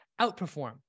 outperform